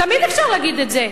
תמיד אפשר להגיד את זה.